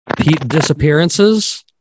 disappearances